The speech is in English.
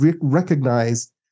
recognize